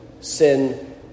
sin